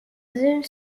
une